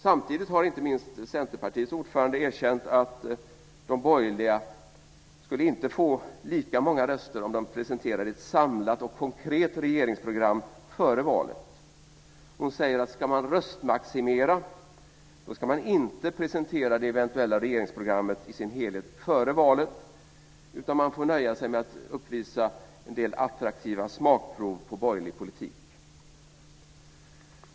Samtidigt har inte minst Centerpartiets ordförande erkänt att de borgerliga inte skulle få lika många röster om de presenterade ett samlat och konkret regeringsprogram före valet. Man säger att om man ska röstmaximera så ska man inte presentera det eventuella regeringsprogrammet i dess helhet före valet, utan man får nöja sig med att uppvisa en del attraktiva smakprov på borgerlig politik.